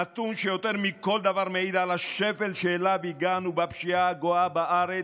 נתון שיותר מכל דבר מעיד על השפל שאליו הגענו בפשיעה הגואה בארץ,